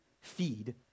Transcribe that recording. Feed